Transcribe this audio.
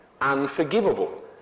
unforgivable